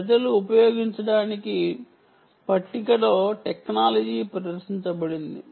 ప్రజలు ఉపయోగించటానికి పట్టికలో టెక్నాలజీ ప్రదర్శించబడింది